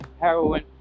heroin